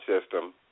system